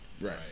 Right